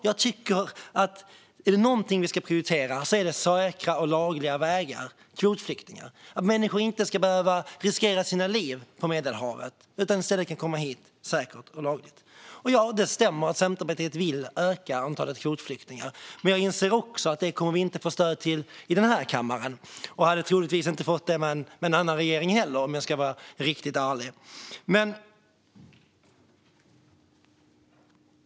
Jag tycker att om det är något vi ska prioritera är det säkra och lagliga vägar och kvotflyktingar, så att människor inte behöver riskera sina liv på Medelhavet utan i stället kan komma hit säkert och lagligt. Det stämmer att Centerpartiet vill öka antalet kvotflyktingar, men jag inser också att vi inte kommer att få stöd för detta här i kammaren. Vi hade troligtvis inte fått det med en annan regering heller, om jag ska vara ärlig.